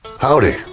Howdy